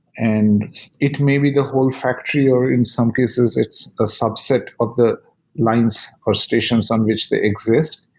and it may be the whole factory, or in some cases, it's a subset of the lines or stations on which they exist.